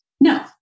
No